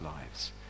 lives